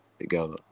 together